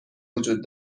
وجود